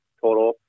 total